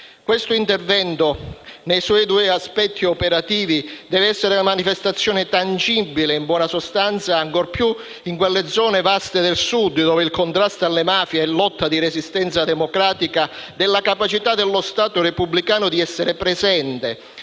Questo intervento, nei suoi due aspetti operativi, deve essere la manifestazione tangibile, in buona sostanza, ancor di più in quelle vaste zone del Sud dove il contrasto alle mafie è lotta di resistenza democratica, della capacità dello Stato repubblicano di essere presente,